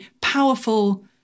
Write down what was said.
powerful